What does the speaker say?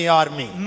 army